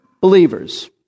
believers